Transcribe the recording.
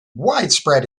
widespread